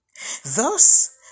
Thus